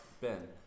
Ben